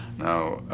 now,